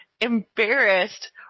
embarrassed